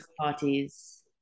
parties